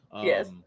Yes